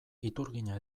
iturgina